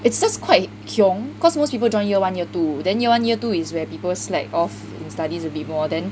it's just quite hiong cause most people join year one year two then year one year two is where people slack off studies a bit more then